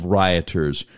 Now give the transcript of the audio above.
rioters